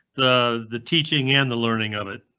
the the teaching and learning of it.